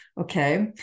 Okay